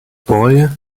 boy